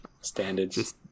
Standards